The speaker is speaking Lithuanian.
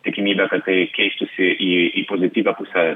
tikimybė kad tai keistųsi į pozityvią pusę